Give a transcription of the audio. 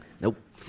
Nope